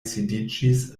sidiĝis